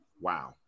Wow